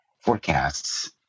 forecasts